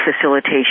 facilitation